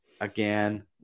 again